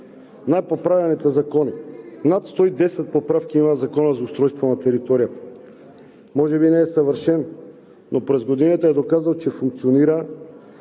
най-поправяните закони – над 110 поправки има в Закона за устройство на територията. Може би не е съвършен, но през годините е доказал, че функционира